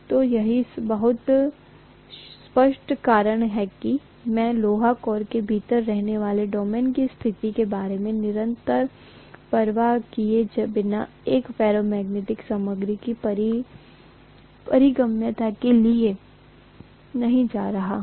तो यही बहुत स्पष्ट कारण है कि मैं लौह कोर के भीतर रहने वाले डोमेन की स्थिति के बारे में निरंतर परवाह किए बिना एक फेरोमैग्नेटिक सामग्री की पारगम्यता के लिए नहीं जा रहा हूं